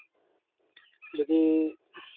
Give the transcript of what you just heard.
ᱡᱩᱫᱤ